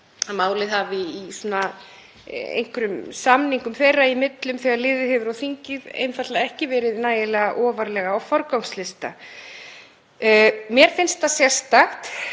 að málið hafi í einhverjum samningum þeirra í millum, þegar liðið hefur á þingið, einfaldlega ekki verið nægilega ofarlega á forgangslista. Mér finnst það sérstakt